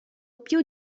più